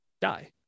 die